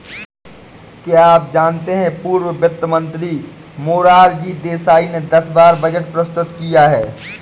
क्या आप जानते है पूर्व वित्त मंत्री मोरारजी देसाई ने दस बार बजट प्रस्तुत किया है?